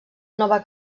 nova